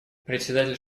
председатель